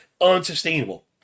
Unsustainable